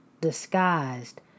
Disguised